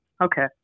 Okay